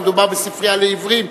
אבל מדובר בספרייה לעיוורים,